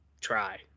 try